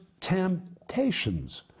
temptations